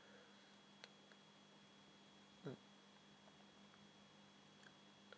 mm